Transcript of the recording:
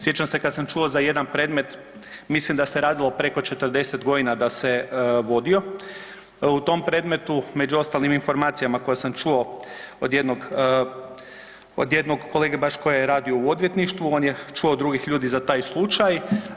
Sjećam se kad sam čuo za jedan predmet, mislim da se radilo preko 40 godina da se vodio, u tom predmetu među ostalim informacijama koje sam čuo od jednog kolege baš koji je radio u odvjetništvu, on je čuo od drugih ljudi za taj slučaj.